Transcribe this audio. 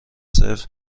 صفر